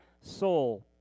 soul